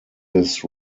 his